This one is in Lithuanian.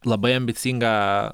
labai ambicingą